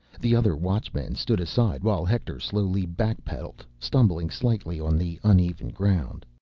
the other watchmen stood aside while hector slowly backpedaled, stumbling slightly on the uneven ground.